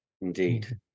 indeed